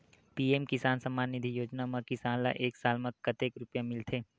PM किसान सम्मान निधी योजना म किसान ल एक साल म कतेक रुपिया मिलथे?